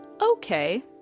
okay